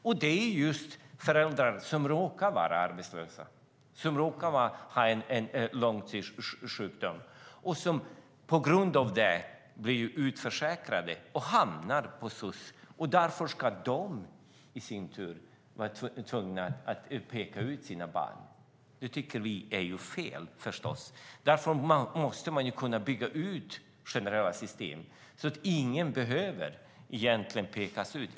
Detta är just föräldrar som råkar vara arbetslösa och som råkar ha en långtidssjukdom och som på grund av detta blir utförsäkrade och hamnar hos soc. Därför ska de i sin tur vara tvungna att peka ut sina barn. Det tycker vi förstås är fel. Därför måste man kunna bygga ut generella system så att ingen behöver pekas ut.